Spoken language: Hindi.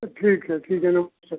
ठीक है ठीक है नमस्ते